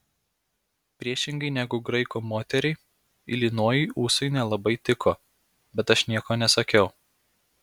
priešingai negu graiko moteriai ilinojui ūsai nelabai tiko bet aš nieko nesakiau